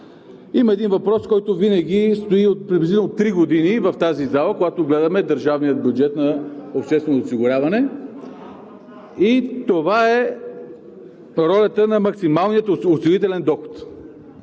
Има един въпрос, който стои от приблизително три години в тази зала, когато гледаме държавния бюджет на общественото осигуряване, това е ролята на максималния осигурителен доход.